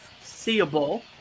seeable